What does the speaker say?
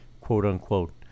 quote-unquote